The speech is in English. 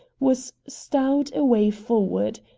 was stowed away forward.